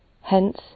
Hence